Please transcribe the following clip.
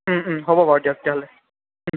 হ'ব বাৰু দিয়ক তেতিয়াহ'লে